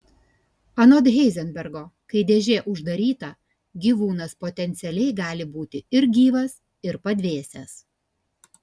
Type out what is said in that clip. anot heizenbergo kai dėžė uždaryta gyvūnas potencialiai gali būti ir gyvas ir padvėsęs